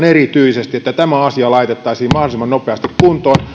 erityisesti että tämä asia laitettaisiin mahdollisimman nopeasti kuntoon